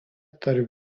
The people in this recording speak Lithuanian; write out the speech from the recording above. tarp